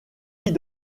vit